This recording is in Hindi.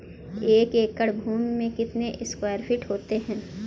एक एकड़ भूमि में कितने स्क्वायर फिट होते हैं?